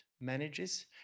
manages